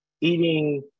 eating